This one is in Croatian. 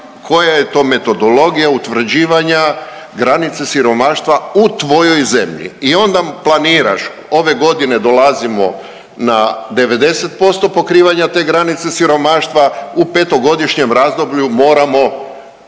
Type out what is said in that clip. koja je to metodologija utvrđivanja granice siromaštva u tvojoj zemlji. I onda planiraš ove godine dolazimo na 90% pokrivanja te granice siromaštva, u petogodišnjem razdoblju moramo